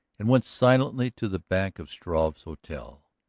and went silently to the back of struve's hotel.